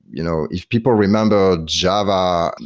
you know if people remember java,